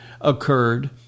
occurred